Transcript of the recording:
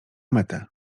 metę